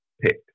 pick